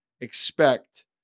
expect